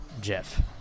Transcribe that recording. Jeff